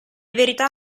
verità